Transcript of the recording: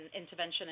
intervention